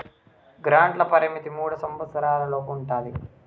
గ్రాంట్ల పరిమితి మూడు సంవచ్చరాల లోపు ఉంటది